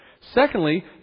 Secondly